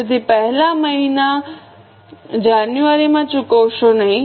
તેથી પહેલા મહિના જાન્યુઆરીમાં ચૂકવશો નહીં